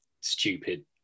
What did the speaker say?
stupid